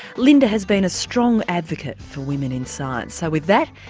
linda has been a strong advocate for women in science, so with that,